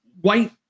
white